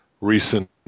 recent